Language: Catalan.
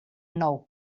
nou